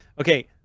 Okay